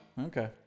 okay